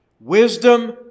Wisdom